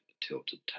Tilted